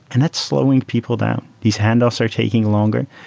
and that's slowing people down. these handoffs are taking longer,